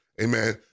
amen